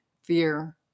fear